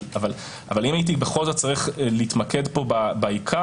אבל אם הייתי בכל זאת צריך להתמקד פה בעיקר,